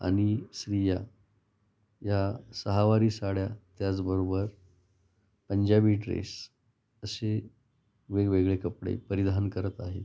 आणि स्त्रिया या सहावारी साड्या त्याचबरोबर पंजाबी ड्रेस असे वेगवेगळे कपडे परिधान करत आहेत